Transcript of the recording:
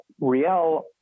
riel